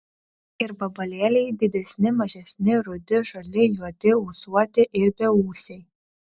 ir vabalėliai didesni mažesni rudi žali juodi ūsuoti ir beūsiai